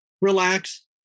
relax